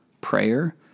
prayer